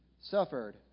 suffered